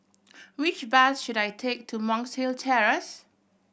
which bus should I take to Monk's Hill Terrace